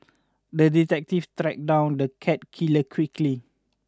the detective tracked down the cat killer quickly